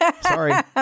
Sorry